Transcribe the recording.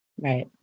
Right